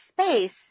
space